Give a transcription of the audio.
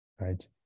right